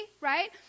right